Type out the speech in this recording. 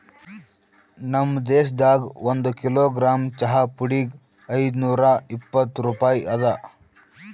ನಮ್ ದೇಶದಾಗ್ ಒಂದು ಕಿಲೋಗ್ರಾಮ್ ಚಹಾ ಪುಡಿಗ್ ಐದು ನೂರಾ ಇಪ್ಪತ್ತು ರೂಪಾಯಿ ಅದಾ